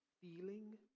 feeling